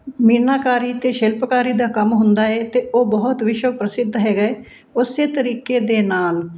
ਮੀਨਾਕਾਰੀ ਅਤੇ ਸ਼ਿਲਪਕਾਰੀ ਦਾ ਕੰਮ ਹੁੰਦਾ ਹੈ ਅਤੇ ਉਹ ਬਹੁਤ ਵਿਸ਼ਵ ਪ੍ਰਸਿੱਧ ਹੈਗਾ ਉਸ ਤਰੀਕੇ ਦੇ ਨਾਲ